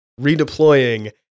redeploying